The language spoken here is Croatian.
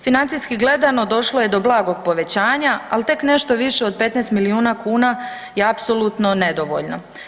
Financijski gledano došlo je do blagog povećanja, al tek nešto više od 15 milijuna kuna je apsolutno nedovoljno.